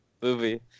movie